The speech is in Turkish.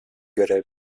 görev